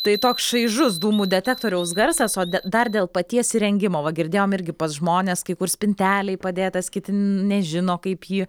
tai toks šaižus dūmų detektoriaus garsas o dar dėl paties įrengimo va girdėjom irgi pas žmones kai kur spintelėj padėtas kiti nežino kaip jį